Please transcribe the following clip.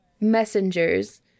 messengers